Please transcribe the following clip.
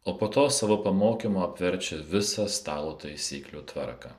o po to savo pamokymu apverčia visą stalo taisyklių tvarką